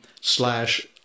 slash